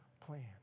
plan